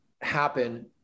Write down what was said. happen